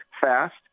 fast